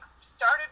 started